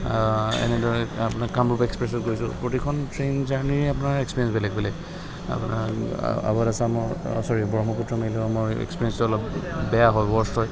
এনেদৰে আপোনাৰ কামৰূপ এক্সপ্ৰেছত গৈছোঁ প্ৰতিখন ট্ৰেইন জাৰ্ণিৰ আপোনাৰ এক্সপিৰিয়েঞ্চ বেলেগ বেলেগ আপোনাৰ আৱধ আছামৰ ও ছ'ৰি ব্ৰহ্মপুত্ৰ মেইলৰ মই এক্সপিৰিয়েঞ্চটো অলপ বেয়া হয় বৰ্ষ্ট হয়